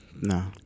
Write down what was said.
no